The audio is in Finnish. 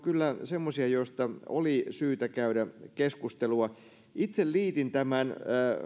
kyllä semmoisia joista oli syytä käydä keskustelua itse liitin tämän